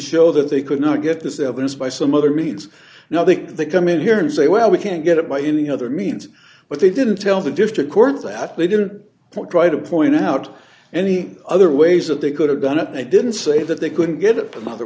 show that they could not get this evidence by some other means now think they come in here and say well we can't get it by any other means but they didn't tell the district court that they didn't want try to point out any other ways that they could have done it they didn't say that they couldn't get